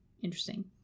interesting